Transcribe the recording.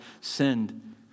sinned